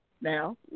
now